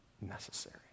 necessary